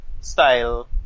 style